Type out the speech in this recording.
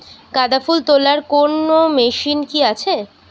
গাঁদাফুল তোলার কোন মেশিন কি আছে?